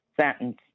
sentence